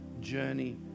journey